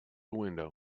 window